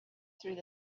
through